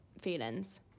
feelings